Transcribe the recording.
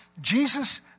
Jesus